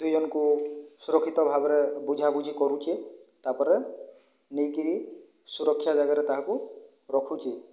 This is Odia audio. ଦୁଇଜଣକୁ ସୁରକ୍ଷିତ ଭାବରେ ବୁଝାବୁଝି କରୁଛେ ତାପରେ ନେଇକରି ସୁରକ୍ଷା ଜାଗାରେ ତାହାକୁ ରଖୁଛି